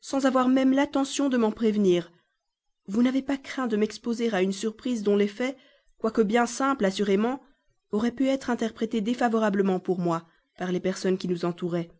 sans avoir même l'attention de m'en prévenir vous n'avez pas craint de m'exposer à une surprise dont l'effet quoique bien simple assurément aurait pu être interprété défavorablement pour moi par les personnes qui nous entouraient